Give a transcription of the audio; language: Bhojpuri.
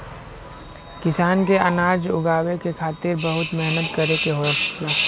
किसान के अनाज उगावे के खातिर बहुत मेहनत करे के होला